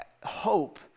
hope